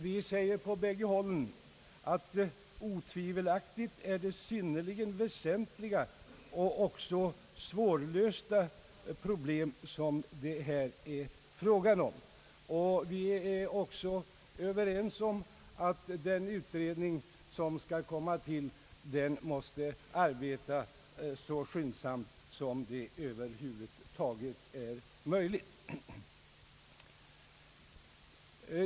Vi säger på bägge hållen: »Otvivelaktigt är det synnerligen väsentliga och också svårlösta problem som det här är fråga om.» Vi är också överens om att den utredning som skall tillsättas måste arbeta så skyndsamt som det över huvud taget är möjligt.